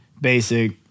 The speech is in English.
basic